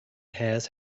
has